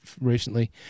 recently